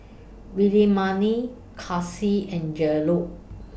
Williemae Casie and Jerold